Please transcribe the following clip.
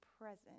present